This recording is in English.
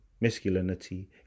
masculinity